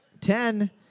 ten